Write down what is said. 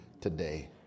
today